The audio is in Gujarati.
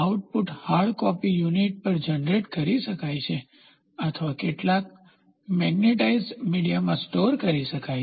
આઉટપુટ હાર્ડ કોપી યુનિટ પર જનરેટ કરી શકાય છે અથવા કેટલાક મેગ્નેટાઇઝ્ડ મીડિયામાં સ્ટોર કરી શકાય છે